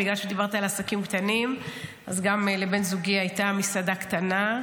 בגלל שדיברת על עסקים קטנים: גם לבן זוגי הייתה מסעדה קטנה,